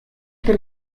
bin